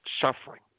suffering